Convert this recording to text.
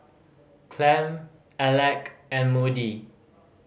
Clem Alec and Moody